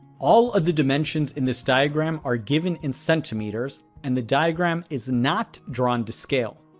all of the dimensions in this diagram are given in centimeters and the diagram is not drawn to scale.